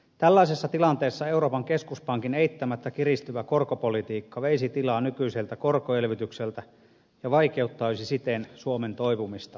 tällaisessa tilanteessa euroopan keskuspankin eittämättä kiristyvä korkopolitiikka veisi tilaa nykyiseltä korkoelvytykseltä ja vaikeuttaisi siten suomen toipumista lamasta